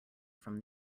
from